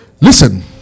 listen